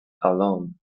alone